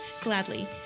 gladly